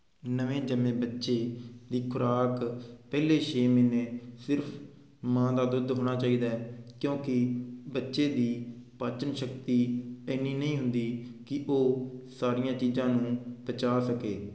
ਨਵੇਂ ਜੰਮੇ ਬੱਚੇ ਦੀ ਖੁਰਾਕ ਪਹਿਲੇ ਛੇ ਮਹੀਨੇ ਸਿਰਫ ਮਾਂ ਦਾ ਦੁੱਧ ਹੋਣਾ ਚਾਹੀਦਾ ਕਿਉਂਕਿ ਬੱਚੇ ਦੀ ਪਾਚਨ ਸ਼ਕਤੀ ਇੰਨੀ ਨਹੀਂ ਹੁੰਦੀ ਕਿ ਉਹ ਸਾਰੀਆਂ ਚੀਜ਼ਾਂ ਨੂੰ ਪਚਾ ਸਕੇ